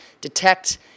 detect